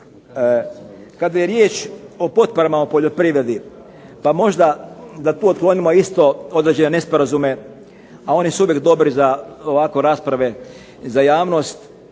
Kada je riječ o potporama u poljoprivredni, pa možda da tu otklonimo isto određene nesporazume, a oni su uvijek dobri za rasprave za javnost.